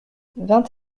vingt